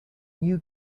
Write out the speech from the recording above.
new